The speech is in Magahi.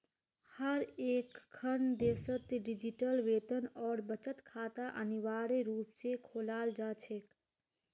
हर एकखन देशत डिजिटल वेतन और बचत खाता अनिवार्य रूप से खोलाल जा छेक